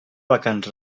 vacants